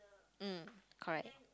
mm correct